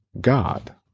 God